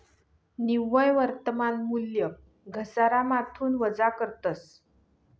निव्वय वर्तमान मूल्य घसारामाथून वजा करतस